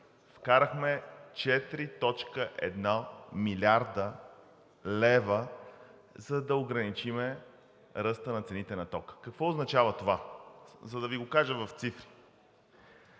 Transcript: вкарахме 4.1 млрд. лв., за да ограничим ръста на цените на тока. Какво означава това, за да Ви го кажа в цифри?